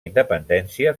independència